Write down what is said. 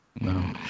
No